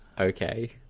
Okay